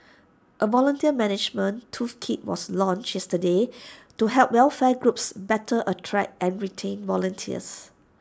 A volunteer management tools kit was launched yesterday to help welfare groups better attract and retain volunteers